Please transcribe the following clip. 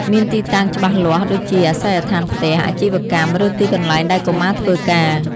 មានទីតាំងច្បាស់លាស់ ដូចជាអាសយដ្ឋានផ្ទះ អាជីវកម្ម ឬទីកន្លែងដែលកុមារធ្វើការ។